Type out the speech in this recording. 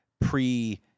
pre